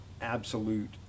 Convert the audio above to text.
absolute